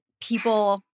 people